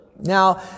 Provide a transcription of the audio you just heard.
Now